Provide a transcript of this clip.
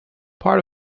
part